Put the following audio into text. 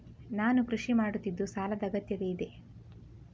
ನಾನು ಕೃಷಿ ಮಾಡುತ್ತಿದ್ದು ಸಾಲದ ಅಗತ್ಯತೆ ಇದೆ?